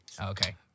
Okay